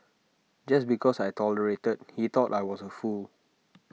just because I tolerated he thought I was A fool